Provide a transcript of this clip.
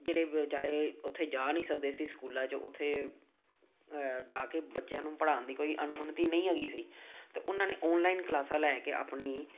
ਜਿਹੜੇ ਵਿਚਾਰੇ ਉੱਥੇ ਜਾ ਨਹੀਂ ਸਕਦੇ ਸੀ ਸਕੂਲਾਂ ਚੋਂ ਉੱਥੇ ਜਾ ਕੇ ਬੱਚਿਆਂ ਨੂੰ ਪੜ੍ਹਾਉਣ ਦੀ ਕੋਈ ਅਨੁਮਤੀ ਨਹੀਂ ਹੈਗੀ ਸੀ ਤਾਂ ਉਹਨਾਂ ਨੇ ਔਨਲਾਈਨ ਕਲਾਸਾਂ ਲੈ ਕੇ ਆਪਣੀ